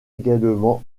également